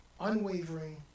unwavering